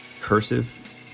cursive